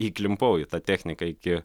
įklimpau į tą techniką iki